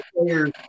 players